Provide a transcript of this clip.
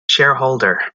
shareholder